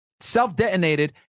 Self-detonated